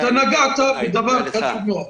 אתה נגעת בדבר חשוב מאוד.